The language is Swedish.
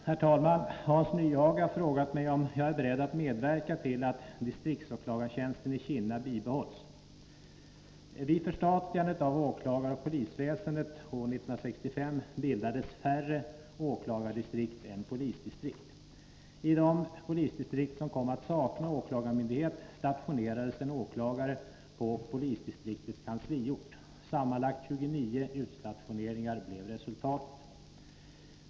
Herr talman! Hans Nyhage har frågat mig om jag är beredd att medverka till att distriktåklagartjänsten i Kinna bibehålls. Vid förstatligandet av åklagaroch polisväsendet år 1965 bildades färre åklagardistrikt än polisdistrikt. I de polisdistrikt som kom att sakna åklagarmyndighet stationerades en åklagare på polisdistriktets kansliort. Sammanlagt 29 utstationeringar blev resultatet.